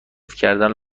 کردن